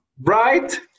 Right